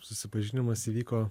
susipažinimas įvyko